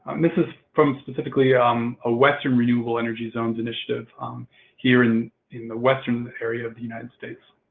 this is from specifically ah um a western renewable energy zone's initiative here in in the western area of the united states.